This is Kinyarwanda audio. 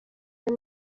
neza